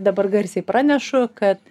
dabar garsiai pranešu kad